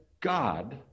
God